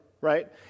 right